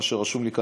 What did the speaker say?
מה שרשום לי כאן,